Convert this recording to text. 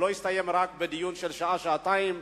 ולא יסתיים רק בדיון של שעה-שעתיים,